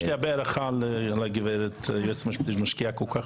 יש לי הרבה הערכה ליועצת המשפטית שמשקיעה כל כך